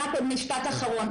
רק עוד משפט אחרון.